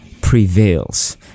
prevails